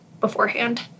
beforehand